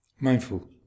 Mindful